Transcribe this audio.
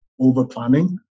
over-planning